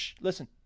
Listen